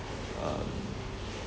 uh